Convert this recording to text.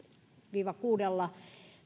viiva kuudella